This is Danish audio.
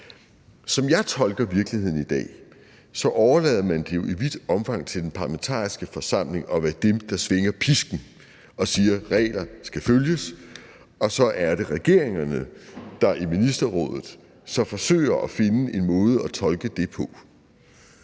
Som jeg tolker virkeligheden i dag, overlader man det jo i vidt omfang til den parlamentariske forsamling at være dem, der svinger pisken og siger, at regler skal følges, og så er det regeringerne, der i Ministerrådet så forsøger at finde en måde at tolke det på.